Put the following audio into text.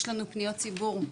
יש לנו פניות ציבור.